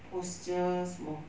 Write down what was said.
postures more